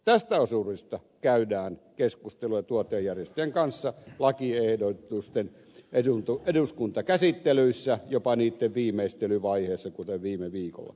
tästä osuudesta käydään keskustelua tuottajajärjestöjen kanssa lakiehdotusten eduskuntakäsittelyissä jopa niitten viimeistelyvaiheessa kuten viime viikolla